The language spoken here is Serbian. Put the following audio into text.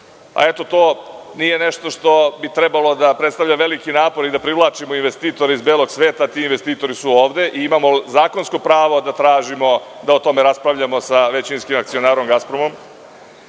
To nije nešto što bi trebalo da predstavlja veliki napor i da privlačimo investitore iz belog sveta. Ti investitori su ovde. Imamo zakonsko pravo da tražimo da o tome raspravljamo sa većinskim akcionarom „Gaspromom“.